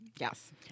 Yes